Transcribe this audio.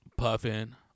puffin